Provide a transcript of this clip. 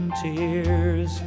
tears